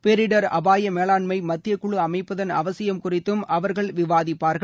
பேரிடர் அபாய மேலாண்மை மத்திய குழு அமைப்பதன் அவசியம் குறித்தும் அவர்கள் விவாதிப்பார்கள்